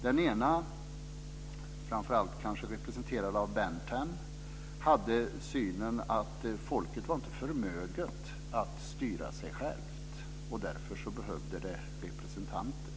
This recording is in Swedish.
Den ena strömningen, kanske framför allt representerad av Bentham, hade den inställningen att folket inte var förmöget att styra sig självt och att det därför behövde representanter.